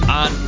on